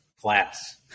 class